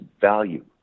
value